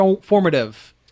formative